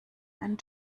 einen